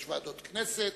יש ועדות בכנסת,